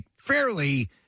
fairly